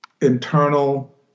internal